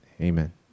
amen